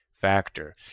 factor